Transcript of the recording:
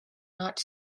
not